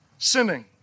Sinning